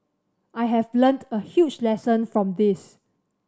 I have learnt a huge lesson from this